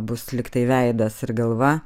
bus lygtai veidas ir galva